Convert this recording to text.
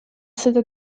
seda